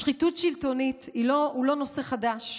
שחיתות שלטונית היא לא נושא חדש,